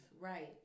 Right